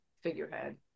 figurehead